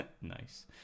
Nice